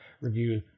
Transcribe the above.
review